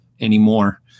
anymore